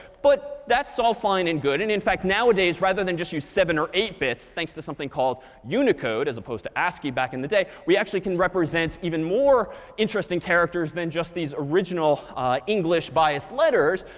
but that's all fine and good, and in fact nowadays, rather than just use seven or eight bits, thanks to something called unicode as opposed to ascii back in the day, we actually can represent even more interesting characters than just these original english biased letters.